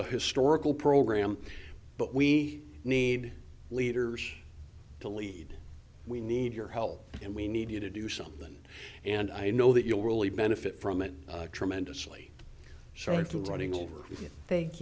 a historical program but we need leaders to lead we need your help and we need you to do something and i know that you'll really benefit from it tremendously so i thought running over you thank